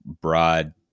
broad